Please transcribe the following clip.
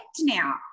now